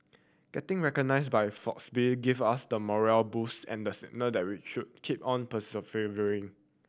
getting recognised by Forbes give us the morale boost and the signal that we should keep on persevering